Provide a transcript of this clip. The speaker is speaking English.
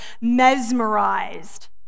mesmerized